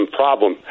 problem